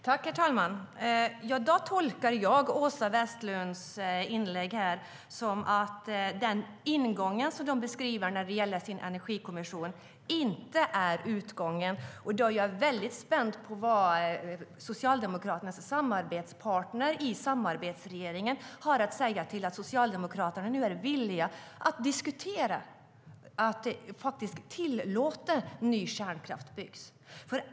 Herr talman! Då tolkar jag Åsa Westlunds inlägg som att ingången till energikommissionen inte är utgången. Jag är spänd på vad Socialdemokraternas samarbetspartner i samarbetsregeringen har att säga till att Socialdemokraterna är villiga att diskutera att tillåta att ny kärnkraft byggs.